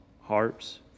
harps